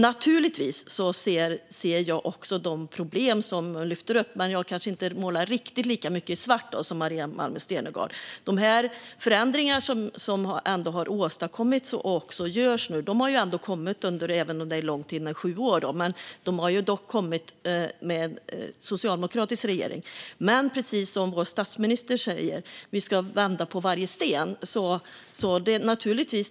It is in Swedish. Naturligtvis ser jag också de problem som Maria Malmer Stenergard lyfter fram, men jag kanske inte målar riktigt lika mycket i svart som hon gör. De förändringar som ändå har åstadkommits och som nu görs har skett under en socialdemokratisk regering, även om det är lång tid med sju år. Men vi ska, precis som vår statsminister säger, vända på varje sten.